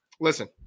Listen